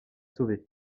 sauvé